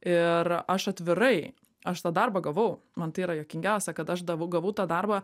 ir aš atvirai aš tą darbą gavau man tai yra juokingiausia kad aš davau gavau tą darbą